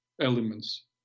elements